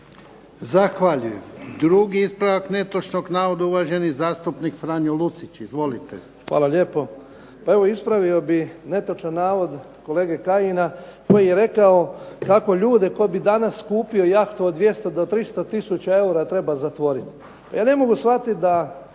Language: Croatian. Zahvaljujem. Drugi ispravak netočnog navoda, uvaženi zastupnik Franjo Lucić. Izvolite. **Lucić, Franjo (HDZ)** Hvala lijepo. Pa evo ispravio bih netočan navod kolege Kajina kada je rekao kako ljude tko bi danas kupio jahtu od 200 do 300 tisuća eura treba zatvoriti. Ja ne mogu shvatiti da